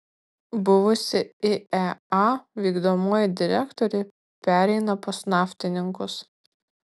buvusi iea vykdomoji direktorė pereina pas naftininkus